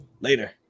Later